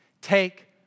take